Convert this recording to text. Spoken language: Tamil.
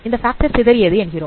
இந்த ஃபேக்டர் சிதறியது என்கிறோம்